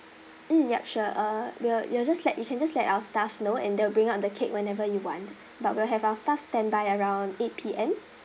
mm ya sure uh we'll you'll just let you can just let our staff know and they'll bring up the cake whenever you want but we'll have our staff standby around eight P_M